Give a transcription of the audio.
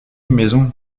maison